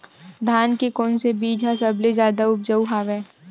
धान के कोन से बीज ह सबले जादा ऊपजाऊ हवय?